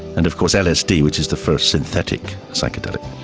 and of course lsd which is the first synthetic psychedelic.